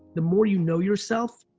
the more you know yourself,